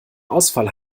ausfall